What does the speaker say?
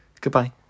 goodbye